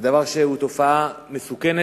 זה דבר שהוא תופעה מסוכנת,